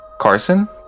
Carson